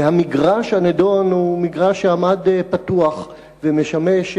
והמגרש הנדון הוא מגרש שעמד פתוח ומשמש